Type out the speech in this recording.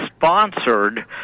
sponsored